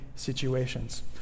situations